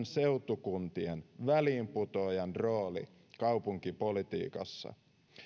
seutukuntien väliinputoajan rooli kaupunkipolitiikassa